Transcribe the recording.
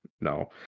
no